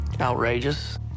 outrageous